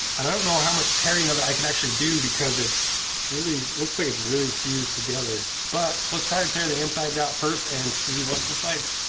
i don't know how much tearing of it i can actually do because it's it's really looks like it's really fused together. but let's try to tear the insides out first and see what's inside.